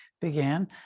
began